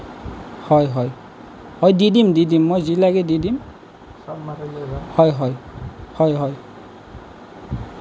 হয় হয় হয় দি দিম দি দিম মই যি লাগে দি দিম হয় হয় হয় হয়